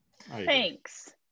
Thanks